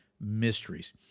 mysteries